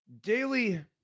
daily